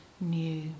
new